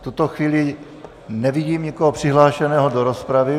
V tuto chvíli nevidím nikoho přihlášeného do rozpravy.